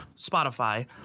Spotify